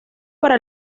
para